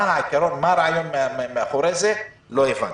מה הרעיון מאחורי זה לא הבנתי.